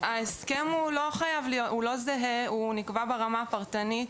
ההסכם נקבע ברמה הפרטנית,